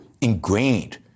ingrained